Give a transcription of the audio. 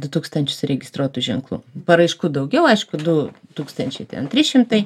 du tūkstančius registruotų ženklų paraiškų daugiau aišku du tūkstančiai ten tris šimtai